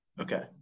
Okay